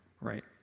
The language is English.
right